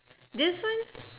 this one